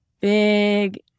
big